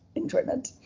enjoyment